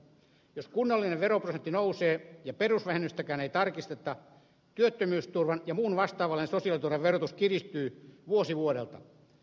jos kunnallinen veroprosentti nousee ja perusvähennystäkään ei tarkisteta työttömyysturvan ja muun vastaavanlaisen sosiaaliturvan verotus kiristyy vuosi vuodelta